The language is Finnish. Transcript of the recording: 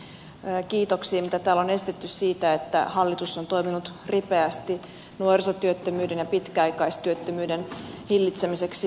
yhdyn myös niihin kiitoksiin mitä täällä on esitetty siitä että hallitus on toiminut ripeästi nuorisotyöttömyyden ja pitkäaikaistyöttömyyden hillitsemiseksi